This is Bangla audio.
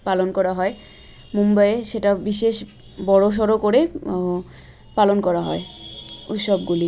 পালন করা হয় মুম্বাইয়ে সেটা বিশেষ বড়ো সড়ো করে পালন করা হয় উৎসবগুলি